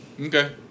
Okay